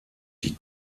die